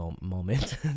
moment